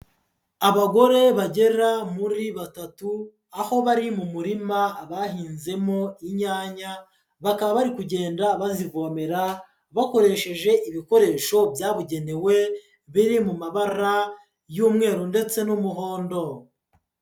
Abagore bagera muri batatu, aho bari mu murima bahinzemo inyanya bakaba bari kugenda bazivomera bakoresheje ibikoresho byabugenewe biri mu mabara y'umweru ndetse n'umuhondo.